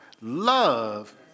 love